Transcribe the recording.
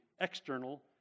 external